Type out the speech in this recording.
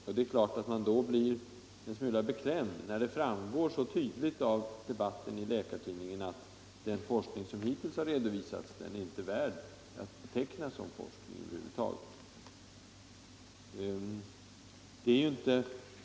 Och det är klart att man blir en smula beklämd när det framgår så tydligt av debatten i Läkartidningen, att den forskning som hittills har redovisats inte är värd att beteckna som forskning över huvud taget.